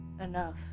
enough